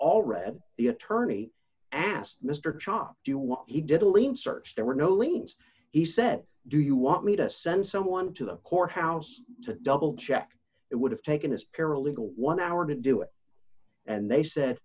all read the attorney asked mr chops do you want he did a lean search there were no liens he said do you want me to send someone to the courthouse to double check it would have taken this paralegal one hour to do it and they said